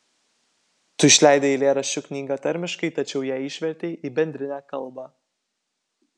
tu išleidai eilėraščių knygą tarmiškai tačiau ją išvertei į bendrinę kalbą